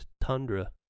tundra